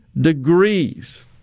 degrees